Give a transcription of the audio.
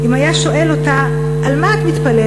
אם היה שואל אותה: על מה את מתפללת?